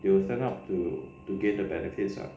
they will turn up to to gain the benefits lah